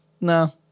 No